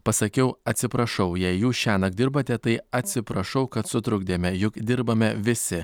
pasakiau atsiprašau jei jūs šiąnakt dirbate tai atsiprašau kad sutrukdėme juk dirbame visi